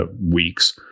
weeks